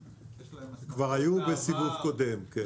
--- כבר היו בסיבוב קודם, כן.